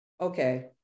okay